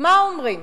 מה אומרים?